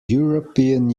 european